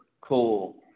cool